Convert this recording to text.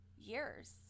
years